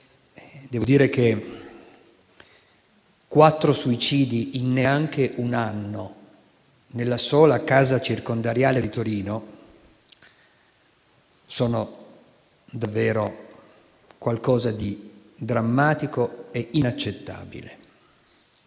Devo dire che quattro suicidi in neanche un anno nella sola casa circondariale di Torino sono davvero qualcosa di drammatico e inaccettabile.